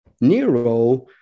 Nero